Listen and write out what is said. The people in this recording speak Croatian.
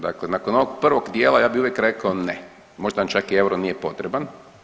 Dakle, nakon ovog prvog dijela ja bih uvijek rekao ne, možda vam čak i euro nije potreban.